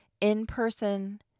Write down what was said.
in-person